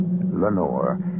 Lenore